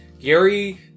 Gary